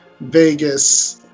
Vegas